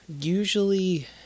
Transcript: Usually